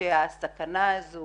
שהסכנה הזאת